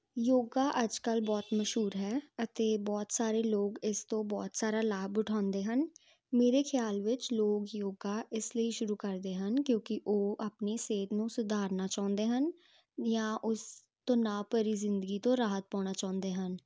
ਯੋਗਾ ਅੱਜ ਕੱਲ੍ਹ ਬਹੁਤ ਮਸ਼ਹੂਰ ਹੈ ਅਤੇ ਬਹੁਤ ਸਾਰੇ ਲੋਗ ਇਸ ਤੋਂ ਬਹੁਤ ਸਾਰਾ ਲਾਭ ਉਠਾਉਂਦੇ ਹਨ ਮੇਰੇ ਖਿਆਲ ਵਿੱਚ ਲੋਗ ਯੋਗਾ ਇਸ ਲਈ ਸ਼ੁਰੂ ਕਰਦੇ ਹਨ ਕਿਉਂਕਿ ਉਹ ਆਪਣੀ ਸਿਹਤ ਨੂੰ ਸੁਧਾਰਨਾ ਚਾਹੁੰਦੇ ਹਨ ਜਾਂ ਉਸ ਤਨਾਅ ਭਰੀ ਜ਼ਿੰਦਗੀ ਤੋਂ ਰਾਹਤ ਪਾਉਣਾ ਚਾਹੁੰਦੇ ਹਨ